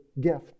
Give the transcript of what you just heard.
gift